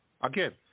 Again